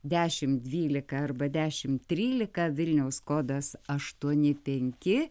dešimt dvylika arba dešimt trylika vilniaus kodas aštuoni penki